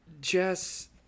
Jess